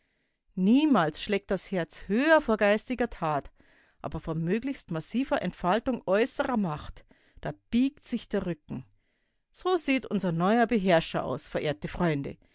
niemals schlägt das herz höher vor geistiger tat aber vor möglichst massiver entfaltung äußerer macht da biegt sich der rücken so sieht unser neuer beherrscher aus verehrte